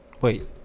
Wait